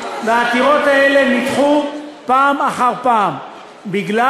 והעתירות האלה נדחו פעם אחר פעם בגלל